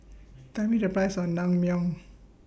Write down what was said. Tell Me The Price of Naengmyeon